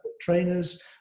trainers